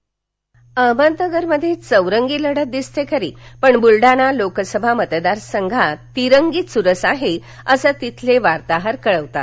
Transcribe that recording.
बुलडाणा लढत अहमदनगरमधे चौरंगी लढत दिसते खरी पण बुलडाणा लोकसभा मतदारसंघात तिरंगी चुरस आहे असं आमचे तिथले वार्ताहर कळवतात